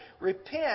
repent